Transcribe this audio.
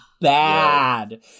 bad